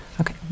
Okay